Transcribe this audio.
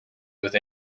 with